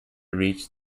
reach